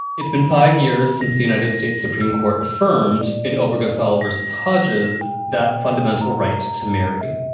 it's been five years since the united states supreme court affirmed in oprah, goodfellow vs. hodges, the fundamental right to marry.